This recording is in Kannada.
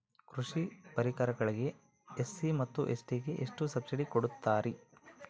ಕೃಷಿ ಪರಿಕರಗಳಿಗೆ ಎಸ್.ಸಿ ಮತ್ತು ಎಸ್.ಟಿ ಗೆ ಎಷ್ಟು ಸಬ್ಸಿಡಿ ಕೊಡುತ್ತಾರ್ರಿ?